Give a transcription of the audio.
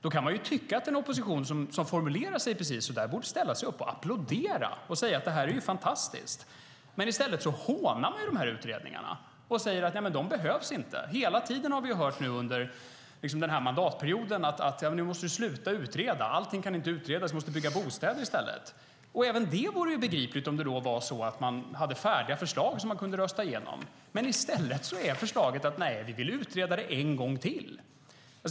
Man kan tycka att en opposition som formulerar sig så borde ställa sig upp och applådera och säga: Detta är fantastiskt. I stället hånas utredningarna, och de säger att de inte behövs. Vi har hela tiden under denna mandatperiod hört: Nu måste ni sluta utreda. Allting kan inte utredas. Nu måste ni bygga bostäder i stället. Även det vore begripligt om man hade färdiga förslag som man kunde rösta igenom. I stället är förslaget: Vi vill utreda det en gång till.